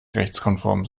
rechtskonform